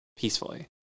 Peacefully